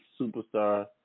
superstar